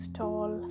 tall